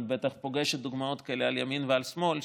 את בטח פוגשת דוגמאות כאלה על ימין ועל שמאל,